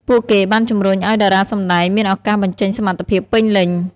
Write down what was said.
ពួកគេបានជំរុញឱ្យតារាសម្តែងមានឱកាសបញ្ចេញសមត្ថភាពពេញលេញ។